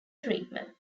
treatment